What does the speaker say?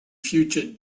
future